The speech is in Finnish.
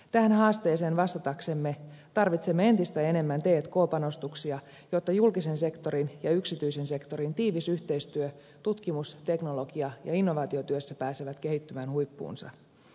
tähän haasteeseen vastataksemme tarvitsemme entistä enemmän t k panostuksia jotta julkisen sektorin ja yksityisen sektorin tiivis yhteistyö tutkimus teknologia ja innovaatiotyössä pääsee kehittymään huippuunsa